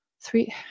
three